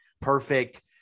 perfect